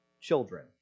children